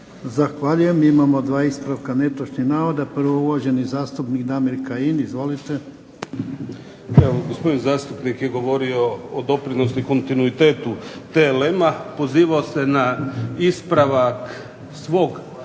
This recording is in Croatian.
Zahvaljujem. Imamo dva ispravka netočnih navoda, prvo uvaženi zastupnik Damir Kajin. Izvolite. **Kajin, Damir (IDS)** Gospodin zastupnik je govorio o doprinosu kontinuitetu TLM-a pozivao se na ispravak svog